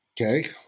Okay